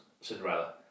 Cinderella